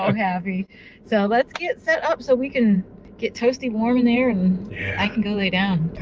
so happy. so let's get set up so we can get toasty warm in there and i can go lay down.